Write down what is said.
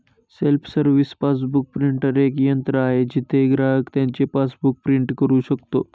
self service passbook printer एक यंत्र आहे जिथे ग्राहक त्याचे पासबुक प्रिंट करू शकतो